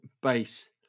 base